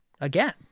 again